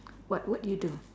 what would you do